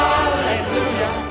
Hallelujah